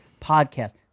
podcast